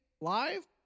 live